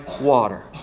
water